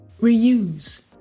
Reuse